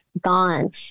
gone